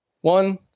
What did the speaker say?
one